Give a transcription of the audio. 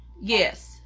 Yes